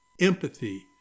empathy